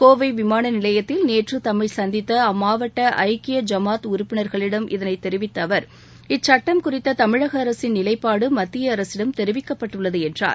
கோவை விமான நிலையத்தில் நேற்று தம்மை சந்தித்த அம்மாவட்ட ஐக்கிய ஜமாத் உறுப்பினர்களிடம் இதனைத் தெரிவித்த அவர் இச்சுட்டம் குறித்த தமிழக அரசின் நிலைப்பாடு மத்திய அரசிடம் தெரிவிக்கப்பட்டுள்ளது என்றார்